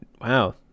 wow